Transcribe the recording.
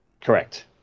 correct